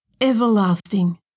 everlasting